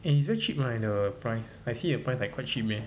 and it's very cheap right the the price I see the price like quite cheap eh